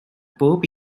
bob